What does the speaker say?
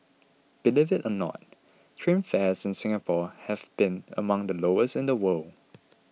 believe it or not train fares in Singapore have been among the lowest in the world